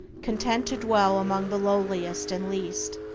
content to dwell among the lowliest and least,